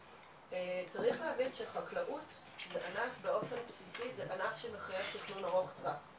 צריך להבין שחקלאות זה ענף שמחייב תכנון ארוך טווח.